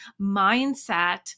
mindset